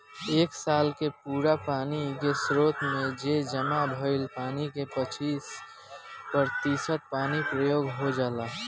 एक साल के पूरा पानी के स्रोत में से जामा भईल पानी के पच्चीस प्रतिशत पानी प्रयोग हो जाला